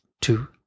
two